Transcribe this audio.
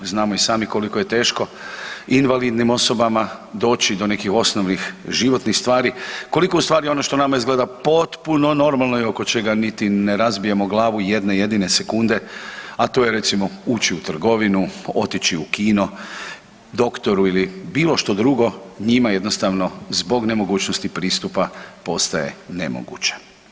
Znamo i sami koliko je teško invalidnim osobama doći do nekih osnovnih životnih stvari, koliko ustvari ono što nama izgleda potpuno normalno i oko čega niti ne razbijamo glavu jedne jedine sekunde, a to je recimo ući u trgovinu, otići u kino, doktoru ili bilo što drugo njima jednostavno zbog nemogućnosti pristupa postaje nemoguće.